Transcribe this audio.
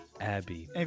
Abby